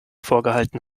vorgehalten